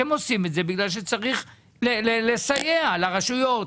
אתם עושים את זה בגלל שצריך לסייע לרשויות,